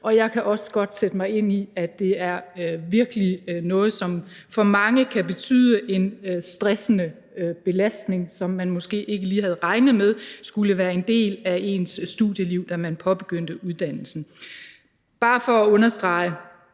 og jeg kan også godt sætte mig ind i, at det virkelig er noget, som for mange kan være en stressende belastning, som man måske ikke lige havde regnet med skulle være en del af ens studieliv, da man påbegyndte uddannelsen. Det er bare for at understrege,